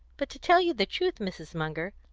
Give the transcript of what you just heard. but to tell you the truth, mrs. munger,